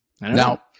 Now